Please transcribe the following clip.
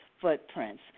Footprints